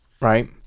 right